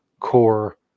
Core